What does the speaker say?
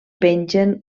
pengen